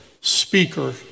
speaker